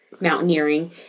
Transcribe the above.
mountaineering